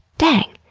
dang!